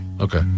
Okay